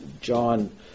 John